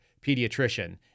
pediatrician